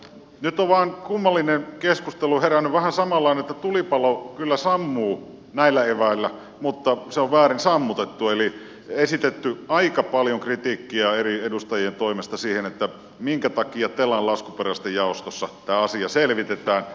nyt on vain kummallinen keskustelu herännyt vähän samanlainen että tulipalo kyllä sammuu näillä eväillä mutta se on väärin sammutettu eli on esitetty aika paljon kritiikkiä eri edustajien toimesta siihen minkä takia telan laskuperustejaostossa tämä asia selvitetään